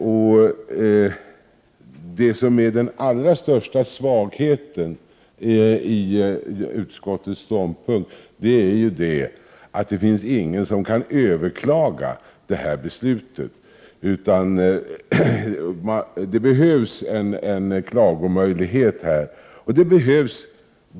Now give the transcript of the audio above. Vad som är den allra största svagheten i utskottets ståndpunkt är ju att det inte finns någon som kan överklaga beslutet. Det behövs här en klagomöjlighet.